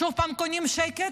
שוב פעם קונים שקט?